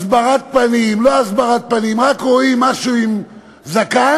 הסברת פנים, לא הסברת פנים, רק רואים משהו עם זקן